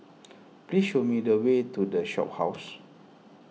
please show me the way to the Shophouse